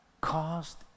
caused